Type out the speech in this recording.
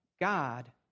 God